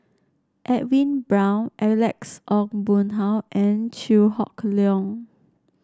Edwin Brown Alex Ong Boon Hau and Chew Hock Leong